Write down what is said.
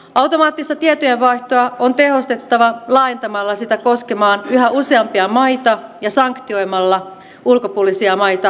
automaattista tietojenvaihtoa on tehostettava laajentamalla sitä koskemaan yhä useampia maita ja sanktioimalla ulkopuolisia maita veroilla